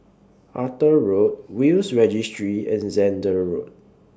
Arthur Road Will's Registry and Zehnder Road